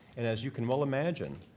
and as you can well imagine,